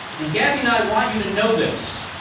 and gabby and i want you to know this,